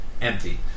empty